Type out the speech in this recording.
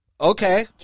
Okay